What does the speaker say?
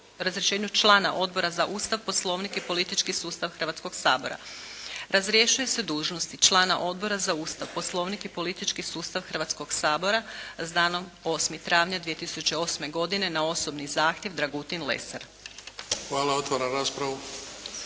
razrješenju člana Odbora za Ustav, Poslovnik i politički sustav Hrvatskog sabora. Razrješuje se dužnosti člana Odbora za Ustav, Poslovnik i politički sustav Hrvatskog sabora s danom 8. travnja 2008. godine na osobni zahtjev Dragutin Lesar. **Bebić, Luka